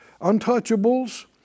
untouchables